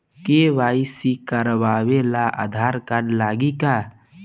KYC करावे ला Aadhaar card लागी का?